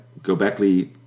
Gobekli